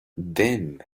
then